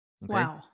Wow